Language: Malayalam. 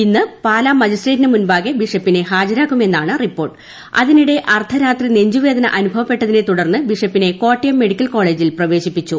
ഇന്ന് പാലാ മജിസ്ട്രേറ്റിനു മുമ്പാകെ ബിഷപ്പിനെ ഹാജരാക്കും എന്നാണ് റിപ്പോർട്ട് അതിനിടെ അർദ്ധരാത്രി നെഞ്ചുവേദന അനുഭവപ്പെട്ടതിനെ തുടർന്ന് തുടർന്ന് ബിഷപ്പിനെ കോട്ടയം മെഡിക്കൽ കോളേജിൽ പ്രവേശിപ്പിച്ചു